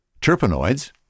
Terpenoids